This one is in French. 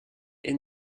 est